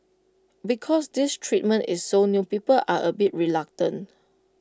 because this treatment is so new people are A bit reluctant